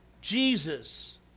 Jesus